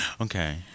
Okay